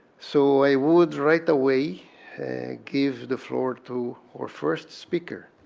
so i would right away give the floor to our first speaker,